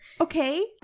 Okay